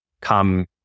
come